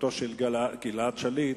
לחטיפתו של גלעד שליט,